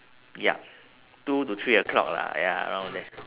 yup two to three o clock lah ya around there